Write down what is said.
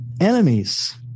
enemies